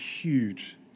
huge